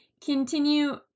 continue